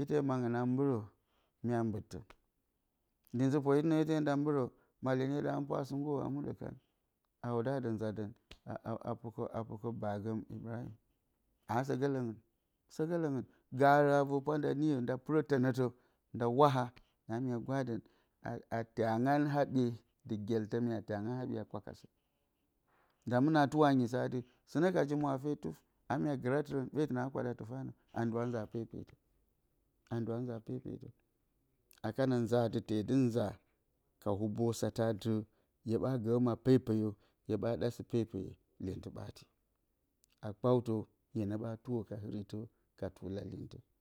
ite mangɨn a mbɨrǝ, mya mbɨttǝn, ndi nzǝ-poritɨn ite nda mbɨrǝ, malyenye da hǝmɨnpwa a sɨ nggurǝ muɗǝ, a wudǝ dɨ nza dǝn a pukǝ baagǝn. Aasǝ gǝ lǝngɨn? Sǝ gǝ lǝngɨn, gaarǝ vor pwa na niyo nda pɨrǝ tǝnǝtǝ, nda waha, a mya gwadǝn a tyangan haɓye. dɨ gyeltǝ mya tyangan haɓye a kwakasǝn. Nda mɨnǝ tuwo a nyisǝ atɨ, sɨnǝ ka ji mwaafe tuf, a mya gɨratɨrǝn ɓe tǝnaa kwaɗa tɨfanǝ. aa nduwa nza pepetǝ? A nduwa nza pepetǝ? A kana nza a dɨ tee dɨ nza ka hubo satǝ atɨ, hye ɓa gǝǝ ma pepeyo, hye ɓa ɗa sɨ-pepeye, lyentɨ ɓaati. A kpawtǝ, hyenǝ ɓa tuwo ka tula lintǝ.